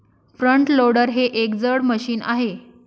front loader हे एक जड मशीन आहे